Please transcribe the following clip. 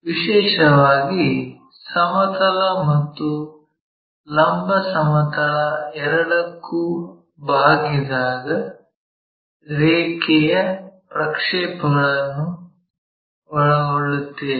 ವಿಶೇಷವಾಗಿ ಸಮತಲ ಮತ್ತು ಲಂಬ ಸಮತಲ ಎರಡಕ್ಕೂ ಬಾಗಿದಾಗ ರೇಖೆಯ ಪ್ರಕ್ಷೇಪಗಳನ್ನು ಒಳಗೊಳ್ಳುತ್ತೇವೆ